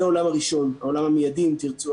זה העולם הראשון, העולם המיידי, אם תרצו.